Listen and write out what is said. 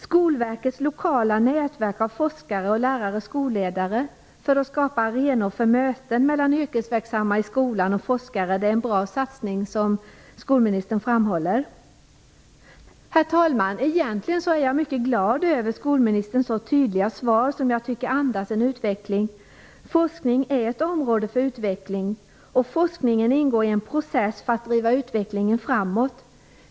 Skolverkets lokala nätverk av forskare och lärare/skolledare för att skapa arenor för möten mellan yrkesverksamma i skolan och forskare är en bra satsning som skolministern framhåller. Herr talman! Egentligen är jag mycket glad över skolministerns så tydliga svar, som jag tycker andas utveckling. Forskningen är ett område för utveckling, och forskningen ingår i en process för att driva utvecklingen framåt.